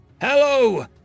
Hello